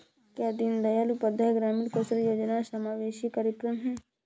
क्या दीनदयाल उपाध्याय ग्रामीण कौशल योजना समावेशी कार्यक्रम है?